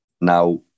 Now